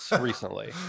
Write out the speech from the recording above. recently